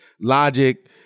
Logic